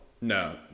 No